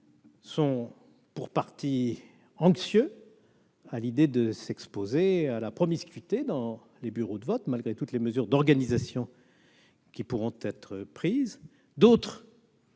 sont anxieux à l'idée de s'exposer à la promiscuité dans les bureaux de vote, malgré toutes les mesures d'organisation qui pourront être prises ; d'autres,